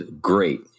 great